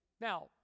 Now